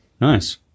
Nice